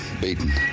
Beaten